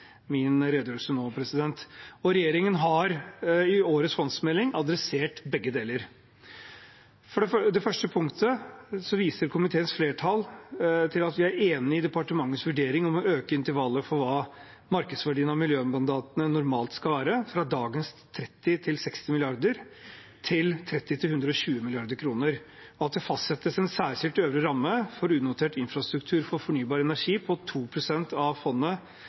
min redegjørelse nå, og regjeringen har i årets fondsmelding adressert begge deler. Når det gjelder det første punktet, viser komiteens flertall til at vi er enig i departementets vurdering om å øke intervallet for hva markedsverdien av miljømandatene normalt skal være, fra dagens 30–60 mrd. kr til 30–120 mrd. kr, og at det fastsettes en særskilt øvre ramme for unotert infrastruktur for fornybar energi på 2 pst. av fondet,